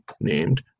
named